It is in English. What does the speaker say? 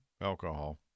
alcohol